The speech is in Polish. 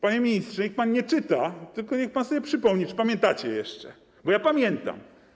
Panie ministrze, niech pan nie czyta, tylko niech pan sobie przypomni, czy pamiętacie jeszcze, bo ja pamiętam.